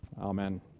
Amen